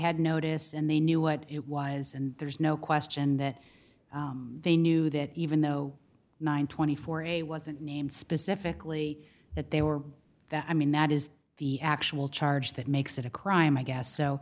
had notice and they knew what it was and there's no question that they knew that even though nine hundred and twenty four a wasn't named specifically that they were i mean that is the actual charge that makes it a crime i guess so